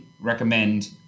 recommend